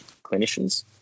clinicians